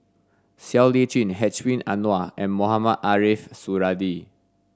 Siow Lee Chin Hedwig Anuar and Mohamed Ariff Suradi